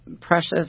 precious